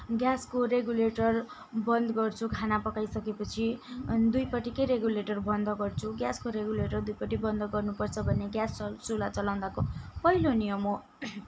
ग्यासको रेगुलेटर बन्द गर्छु खाना पकाइ सकेपछि अनि दुईपट्टिकै रेगुलेटर बन्द गर्छु ग्यासको रेगुलेटर दुईपट्टि बन्द गर्नुपर्छ भन्ने ग्यास चुल्हा जलाउँदाको पहिलो नियम हो